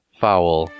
foul